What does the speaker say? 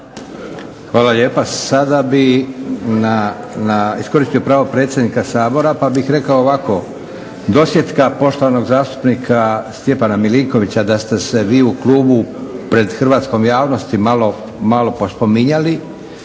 Hvala lijepa. Sada bi na, iskoristio pravo predsjednika Sabora pa bih rekao ovako: dosjetka poštovanog zastupnika Stjepana Milinkovića, da ste se vi u klubu pred hrvatskom javnosti malo podspominjali